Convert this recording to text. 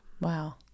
Wow